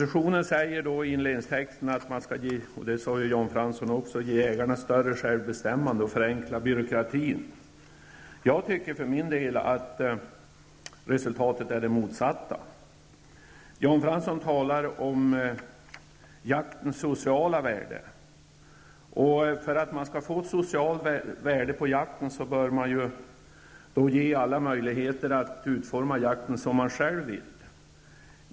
I inledningstexten till propositionen står att man skall, och det sade Jan Fransson också, ge jägarna större självbestämmande och förenkla byråkratin. Jag tycker för min del att resultatet är det motsatta. Jan Fransson talar om jaktens sociala värde. För att man skall få ett socialt värde av jakten bör man ge alla möjligheter att utforma jakten som de själva vill.